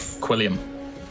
Quilliam